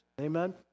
Amen